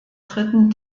dritten